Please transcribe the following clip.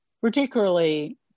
particularly